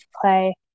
play